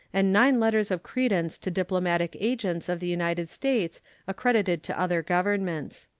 and nine letters of credence to diplomatic agents of the united states accredited to other governments.